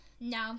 No